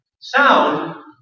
sound